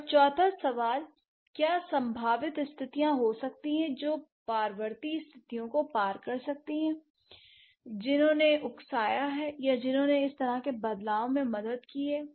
और चौथा सवाल क्या संभावित स्थितियां हो सकती हैं जो पारवर्ती स्थितियों को पार कर सकती हैं जिन्होंने उकसाया है या जिन्होंने इस तरह के बदलाव में मदद की है